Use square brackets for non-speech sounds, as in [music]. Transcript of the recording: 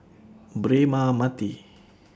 Braema Mathi [noise]